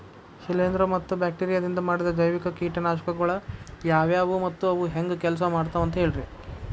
ಶಿಲೇಂಧ್ರ ಮತ್ತ ಬ್ಯಾಕ್ಟೇರಿಯದಿಂದ ಮಾಡಿದ ಜೈವಿಕ ಕೇಟನಾಶಕಗೊಳ ಯಾವ್ಯಾವು ಮತ್ತ ಅವು ಹೆಂಗ್ ಕೆಲ್ಸ ಮಾಡ್ತಾವ ಅಂತ ಹೇಳ್ರಿ?